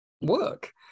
work